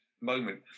moment